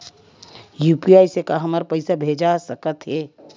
UPI से का हमर पईसा भेजा सकत हे?